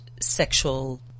sexual